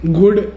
good